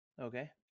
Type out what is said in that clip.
Okay